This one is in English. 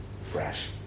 Fresh